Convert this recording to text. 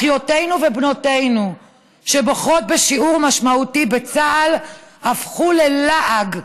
אחיותינו ובנותינו שבוחרות בשיעור משמעותי בצה"ל הפכו ללעג.